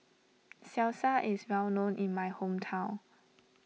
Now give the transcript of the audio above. Salsa is well known in my hometown